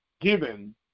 given